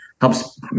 helps